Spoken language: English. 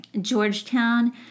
Georgetown